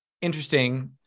interesting